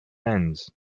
ends